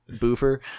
boofer